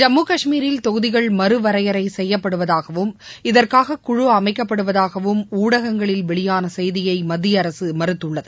ஜம்மு கஷ்மீரில் தொகுதிகள் மறுவரையறை செய்யப்படுவதாகவும் இதற்காக குழு அமைக்கப்படுவதாகவும் ஊடகங்களில் வெளியாள செய்தியை மத்திய அரசு மறுத்துள்ளது